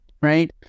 Right